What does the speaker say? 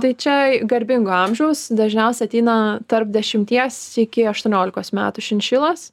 tai čia garbingo amžiaus dažniausia ateina tarp dešimties iki aštuoniolikos metų šinšilos